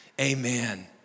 Amen